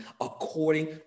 according